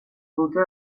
dute